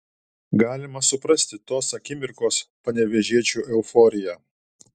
galima suprasti tos akimirkos panevėžiečių euforiją